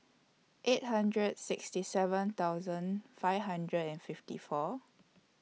eight hundred sixty seven thousand five hundred and fifty four